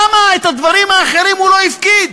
למה את הדברים האחרים הוא לא הפקיד?